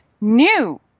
new